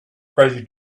crazy